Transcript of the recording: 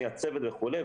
מי הצוות וכו',